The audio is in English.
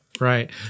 right